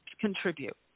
contribute